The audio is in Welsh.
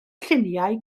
lluniau